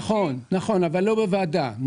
נכון אבל לא בוועדה.